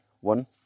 one